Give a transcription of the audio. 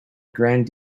grand